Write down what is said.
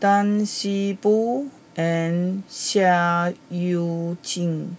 Tan See Boo and Seah Eu Chin